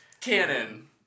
Canon